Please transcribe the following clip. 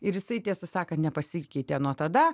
ir jisai tiesą sakant nepasikeitė nuo tada